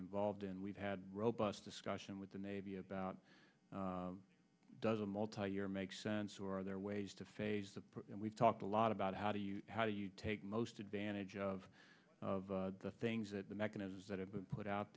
involved in we've had robust discussion with the navy about does a multi year make sense or are there ways to phase that and we've talked a lot about how do you how do you take most advantage of of the things that the mechanisms that have been put out